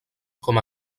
com